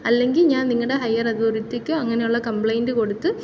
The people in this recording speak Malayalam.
അല്ലെങ്കിൽ ഞാൻ നിങ്ങളുടെ ഹയർ അതോരിറ്റിക്ക് അങ്ങനെ ഉള്ള കമ്പ്ലൈൻ്റ് കൊടുത്ത്